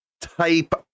type